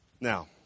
Now